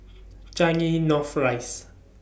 Changi North Rise